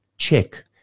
check